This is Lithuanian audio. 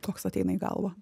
koks ateina į galvą